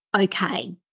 Okay